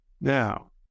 Now